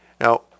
Now